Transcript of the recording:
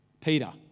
Peter